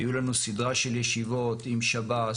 היו לנו סדרה של ישיבות עם שב"ס,